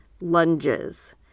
lunges